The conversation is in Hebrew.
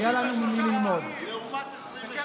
אין מקום.